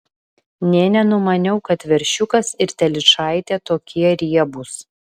nė nenumaniau kad veršiukas ir telyčaitė tokie riebūs